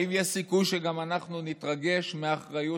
האם יש סיכוי שגם אנחנו נתרגש מהאחריות